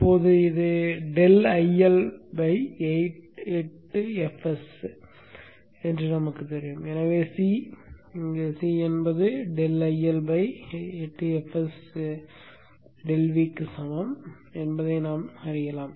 இப்போது இது ∆IL 8fs என்று நமக்குத் தெரியும் எனவே C C என்பது ∆IL 8fs ∆V க்கு சமம் என்பதைக் கண்டறியலாம்